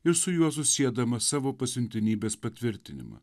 ir su juo susiedamas savo pasiuntinybės patvirtinimą